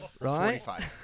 Right